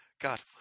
God